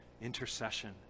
intercession